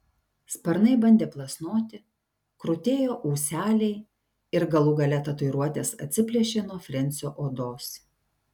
sparnai bandė plasnoti krutėjo ūseliai ir galų gale tatuiruotės atsiplėšė nuo frensio odos